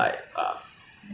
我 jam 住 liao